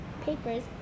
papers